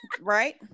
Right